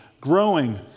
growing